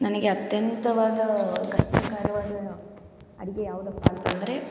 ನನಗೆ ಅತ್ಯಂತವಾದ ಕಷ್ಟಕರವಾದ ಅಡಿಗೆ ಯಾವುದಪ್ಪಾ ಅಂತಂದರೆ